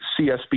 CSB